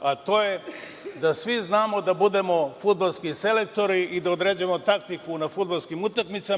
a to je da svi znamo da budemo fudbalski selektori i da određujemo taktiku na fudbalskim utakmica